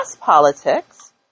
politics